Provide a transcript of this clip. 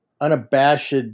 unabashed